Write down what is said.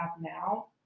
now